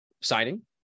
signing